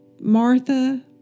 Martha